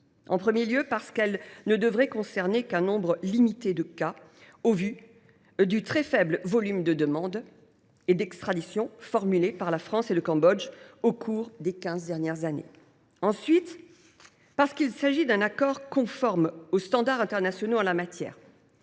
En premier lieu, parce qu’il ne devrait concerner qu’un nombre limité de cas au vu du très faible volume de demandes d’extradition formulées par la France et le Cambodge au cours des quinze dernières années. Ensuite, parce qu’il s’agit d’un accord conforme aux standards internationaux en la matière,